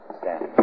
Stand